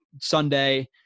Sunday